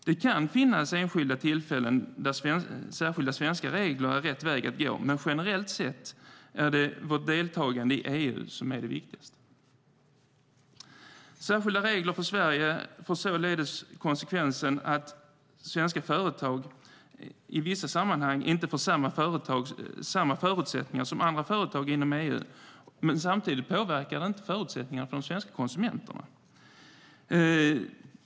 Det kan finnas enskilda tillfällen där särskilda svenska regler är rätt väg att gå, men generellt sett är det vårt deltagande i EU som är det viktiga. Särskilda regler för Sverige får således konsekvensen att svenska företag i vissa sammanhang inte får samma förutsättningar som andra företag inom EU, men samtidigt påverkar det inte förutsättningarna för de svenska konsumenterna.